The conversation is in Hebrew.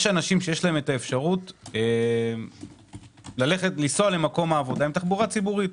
יש אנשים שיש להם האפשרות לנסוע למקום העבודה בתחבורה ציבורית.